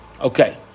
Okay